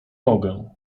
mogę